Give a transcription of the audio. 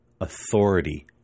authority